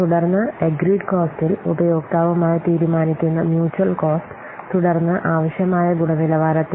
തുടർന്ന് ആഗ്റീഡ് കോസ്റ്റിൽ ഉപയോക്താവുമായി തീരുമാനിക്കുന്ന മ്യുച്ചൽ കോസ്റ്റ് തുടർന്ന് ആവശ്യമായ ഗുണനിലവാരത്തിൽ